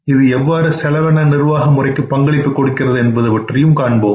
இது எவ்வாறு செலவின நிர்வாகமுறைக்கு பங்களிப்பு கொடுக்கின்றது என்பது பற்றியும் காண்போம்